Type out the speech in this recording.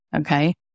okay